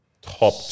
Top